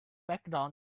background